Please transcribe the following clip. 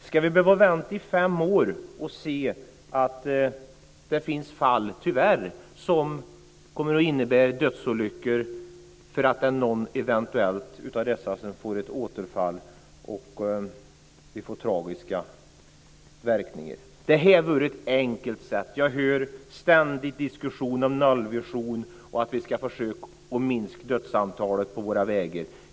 Ska vi behöva vänta i fem år och se dödsolyckor på grund av att någon eventuellt får ett återfall? Det får tragiska verkningar. Detta är ett enkelt sätt att undvika det. Jag hör ständigt diskussionen om nollvisionen och om att vi ska försöka minska dödstalet på våra vägar.